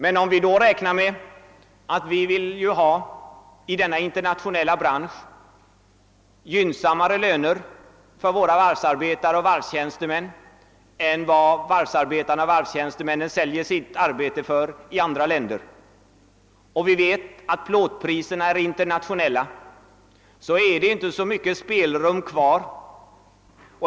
Men om vi räknar med att vi i denna internationella bransch vill ha gynnsammare löner för varvsarbetare och varvstjänstemän än vad varvsarbetarna och varystjänstemännen får för sitt arbete i andra länder, och vi vet att plåtpriserna är internationella, så finns det inte så mycket spelrum kvar.